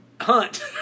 hunt